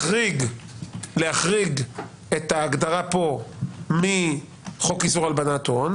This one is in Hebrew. על להחריג את ההגדרה פה מחוק איסור הלבנת הון,